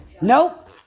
Nope